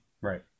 right